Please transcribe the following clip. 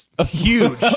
Huge